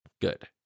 good